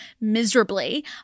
miserably